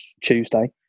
Tuesday